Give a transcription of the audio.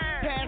Pass